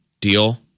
deal